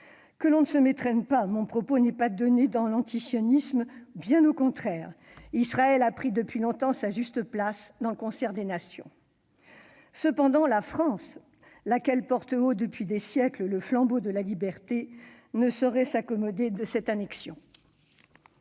Que l'on ne se méprenne pas, mon propos n'est pas de donner dans l'antisionisme, bien au contraire ! Israël a pris depuis longtemps sa juste place dans le concert des nations. Cependant, la France, qui porte haut depuis des siècles le flambeau de la liberté, ne saurait s'accommoder de cette annexion.